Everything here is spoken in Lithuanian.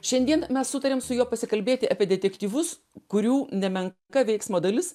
šiandien mes sutarėme su juo pasikalbėti apie detektyvus kurių nemenka veiksmo dalis